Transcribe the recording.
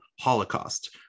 Holocaust